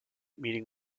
meeting